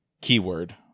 keyword